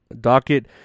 docket